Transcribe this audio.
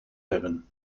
hebben